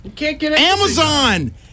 Amazon